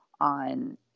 on